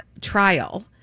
trial